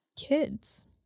kids